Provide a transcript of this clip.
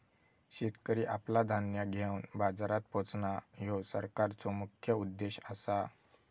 शेतकरी आपला धान्य घेवन बाजारात पोचणां, ह्यो सरकारचो मुख्य उद्देश आसा